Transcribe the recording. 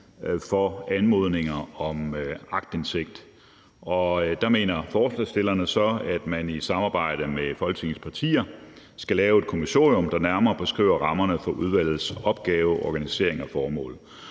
for anmodninger om aktindsigt. Og der mener forslagsstillerne så, at man i samarbejde med Folketingets partier skal lave et kommissorium, der nærmere beskriver rammerne for udvalgets opgave, organisering og formål.